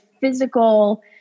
physical